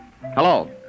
Hello